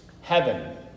heaven